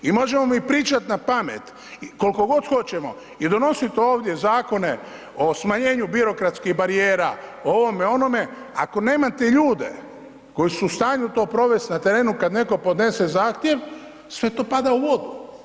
I možemo mi pričat na pamet koliko god hoćemo i donosit ovdje zakone o smanjenju birokratskih barijera o ovome, onome, ako nemate ljude koji su u stanju to provest na terenu kad netko podnese zahtjev sve to pada u vodu.